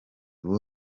ubu